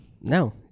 No